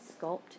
sculpt